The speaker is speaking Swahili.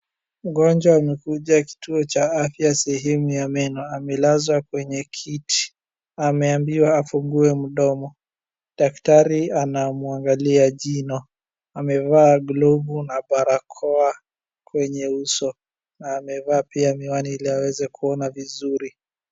Mgonjwa amekuja kituo cha afya sehemu ya meno, amelazwa kwenye kiti, ameambiwa afungue mdomo. Daktari anamwangalia jino, amevaa glovu na barakoa kwenye uso, na amevaa pia miwani ili aweze kuona vizuri.